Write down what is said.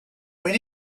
when